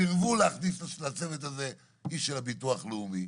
סירבו להכניס לצוות הזה איש של הביטוח הלאומי,